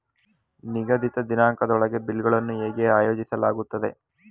ನಿಗದಿತ ದಿನಾಂಕದೊಳಗೆ ಬಿಲ್ ಗಳನ್ನು ಹೇಗೆ ಆಯೋಜಿಸಲಾಗುತ್ತದೆ?